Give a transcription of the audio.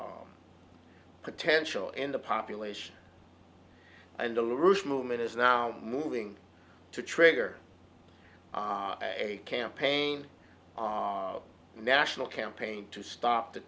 t potential in the population and the rouge movement is now moving to trigger a campaign of national campaign to stop the